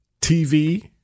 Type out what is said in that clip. TV